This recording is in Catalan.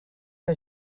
que